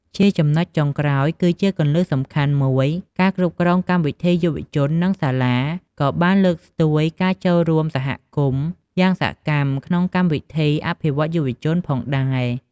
ជាចំណុចចុងក្រោយ និងជាគន្លឹះសំខាន់មួយ ការគ្រប់គ្រងកម្មវិធីយុវជន និងសាលាក៏បាន លើកស្ទួយការចូលរួមសហគមន៍ យ៉ាងសកម្ម ក្នុងកម្មវិធីអភិវឌ្ឍយុវជន ផងដែរ។